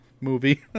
movie